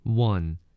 One